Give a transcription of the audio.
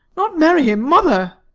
not marry him? mother!